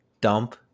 dump